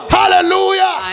hallelujah